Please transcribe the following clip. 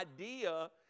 idea